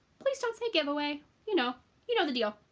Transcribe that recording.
please don't say giveaway you know you know the deal.